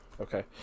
Okay